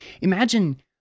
Imagine